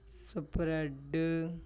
spread